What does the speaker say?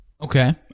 okay